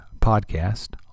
Podcast